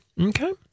Okay